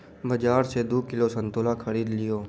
बाजार सॅ दू किलो संतोला खरीद लिअ